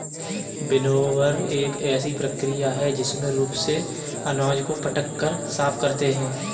winnower एक ऐसी प्रक्रिया है जिसमें रूप से अनाज को पटक कर साफ करते हैं